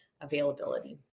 availability